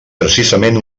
precisament